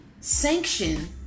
sanction